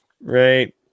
right